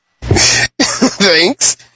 Thanks